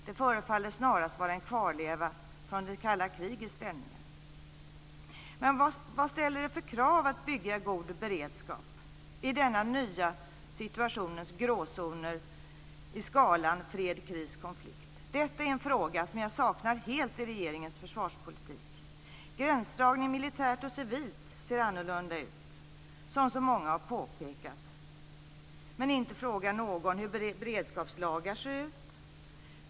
Det förefaller snarast vara en kvarleva från det kalla krigets stämningar. Vad ställer det för krav att bygga god beredskap i denna nya situations gråzoner i skalan fred-kriskonflikt? Detta är en fråga som jag saknar helt i regeringens försvarspolitik. Gränsdragningen, militärt och civilt, ser annorlunda ut, som så många har påpekat. Men inte frågar någon hur beredskapslagen ser ut.